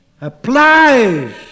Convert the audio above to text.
applies